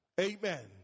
Amen